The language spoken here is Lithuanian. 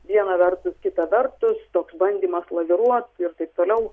viena vertus kita vertus toks bandymas laviruot ir taip toliau